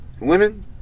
women